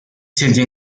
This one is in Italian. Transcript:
sente